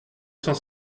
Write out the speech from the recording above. cent